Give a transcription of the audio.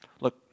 Look